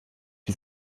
wie